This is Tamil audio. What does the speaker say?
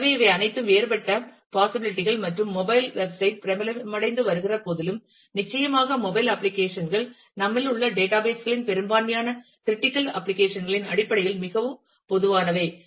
எனவே இவை அனைத்தும் வேறுபட்ட பாஸிபிலிடி கள் மற்றும் மொபைல் வெப்சைட் பிரபலமடைந்து வருகின்ற போதிலும் நிச்சயமாக மொபைல் அப்ளிகேஷன் கள் நம்மிடம் உள்ள டேட்டாபேஸ் களின் பெரும்பான்மையான க்ரிட்டிக்கல் அப்ளிகேஷன் களின் அடிப்படையில் மிகவும் பொதுவானவை